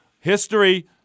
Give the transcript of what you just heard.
history